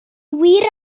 wir